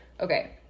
Okay